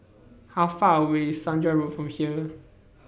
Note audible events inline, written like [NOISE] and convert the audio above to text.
[NOISE] How Far away IS Saujana Road from here